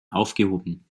aufgehoben